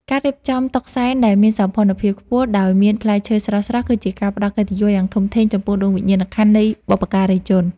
ការរៀបចំតុសែនដែលមានសោភ័ណភាពខ្ពស់ដោយមានផ្លែឈើស្រស់ៗ គឺជាការផ្តល់កិត្តិយសយ៉ាងធំធេងចំពោះដួងវិញ្ញាណក្ខន្ធនៃបុព្វការីជន។